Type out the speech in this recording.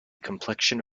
complexion